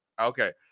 Okay